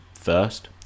first